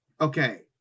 Okay